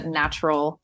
natural